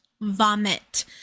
Vomit